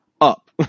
up